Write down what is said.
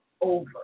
over